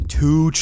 two